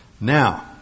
Now